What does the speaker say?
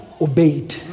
obeyed